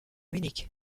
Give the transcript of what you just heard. munich